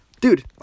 Dude